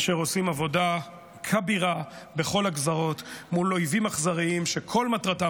אשר עושים עבודה כבירה בכל הגזרות מול אויבים אכזריים שכל מטרתם,